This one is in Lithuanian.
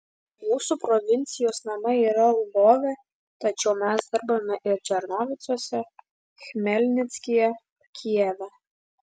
mūsų provincijos namai yra lvove tačiau mes dirbame ir černovicuose chmelnickyje kijeve